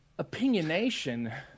opinionation